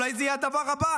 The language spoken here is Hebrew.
אולי זה יהיה הדבר הבא,